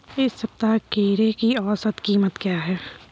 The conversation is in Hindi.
इस सप्ताह खीरे की औसत कीमत क्या है?